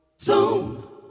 Zoom